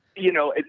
you know,